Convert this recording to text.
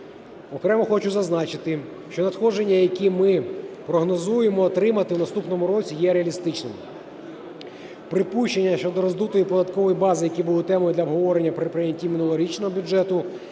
Окремо хочу зазначити, що надходження, які ми прогнозуємо отримати в наступному році, є реалістичними. Припущення щодо роздутої податкової бази, які були темою для обговорення при прийнятті минулорічного бюджету,